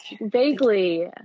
Vaguely